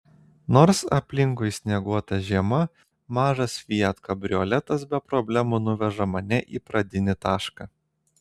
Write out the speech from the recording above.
nors aplinkui snieguota žiema mažas fiat kabrioletas be problemų nuveža mane į pradinį tašką